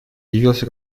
явился